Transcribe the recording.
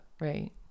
Right